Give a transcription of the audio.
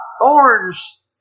thorns